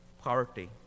party